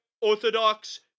Orthodox